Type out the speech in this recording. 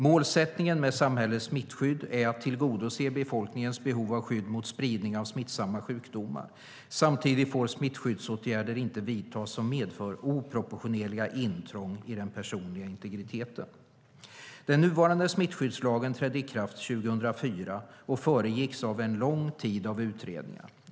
Målsättningen med samhällets smittskydd är att tillgodose befolkningens behov av skydd mot spridning av smittsamma sjukdomar. Samtidigt får smittskyddsåtgärder inte vidtas som medför oproportionerliga intrång i den personliga integriteten. Den nuvarande smittskyddslagen trädde i kraft 2004 och föregicks av en lång tid av utredningar.